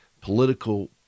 political